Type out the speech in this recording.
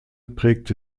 prägte